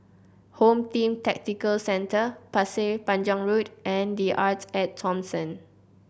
Home Team Tactical Center Pasir Panjang Road and The Arte At Thomson